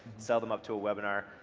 sell them up to a webinar,